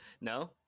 no